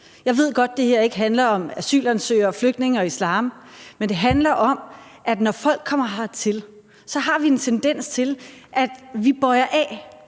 Jeg ved godt, at det her ikke handler om asylansøgere, flygtninge og islam, men det handler om, at når folk kommer hertil, har vi en tendens til, at vi bøjer af,